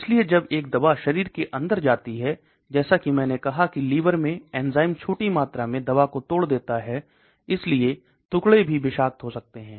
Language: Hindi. इसलिये जब एक दवा शरीर के अंदर जाती है जैसा कि मैंने कहा कि लीवर में एंजाइम छोटी मात्रा में दवा को तोड़ देता है इसलिए टुकड़े भी विषाक्त हो सकते हैं